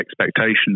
expectations